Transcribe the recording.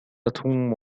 توم